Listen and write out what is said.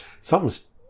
something's